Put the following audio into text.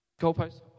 Goalpost